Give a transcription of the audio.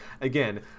again